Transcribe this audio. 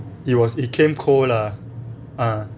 it was it came cold lah ah